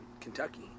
Kentucky